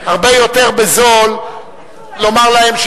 הרבה יותר בזול לומר להם,